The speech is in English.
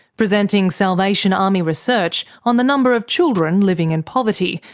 presenting salvation army research on the number of children living in poverty,